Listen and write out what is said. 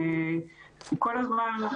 כל הזמן,